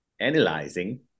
analyzing